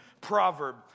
proverb